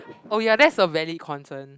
oh ya that's a valid concern